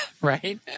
Right